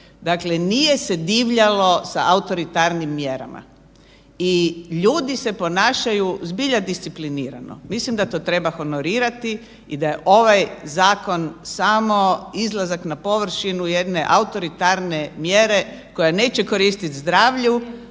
Dakle, nije se divljalo sa autoritarnim mjerama i ljudi se ponašaju zbilja disciplinirano. Mislim da to treba honorirati i da je ovaj zakon samo izlazak na površinu jedne autoritarne mjere koja neće koristit zdravlju,